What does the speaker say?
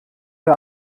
der